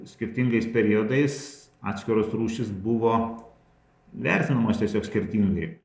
skirtingais periodais atskiros rūšys buvo vertinamos tiesiog skirtingai